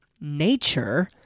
nature